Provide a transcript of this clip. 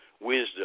wisdom